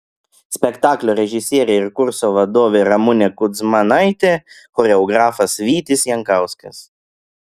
spektaklio režisierė ir kurso vadovė ramunė kudzmanaitė choreografas vytis jankauskas